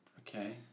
okay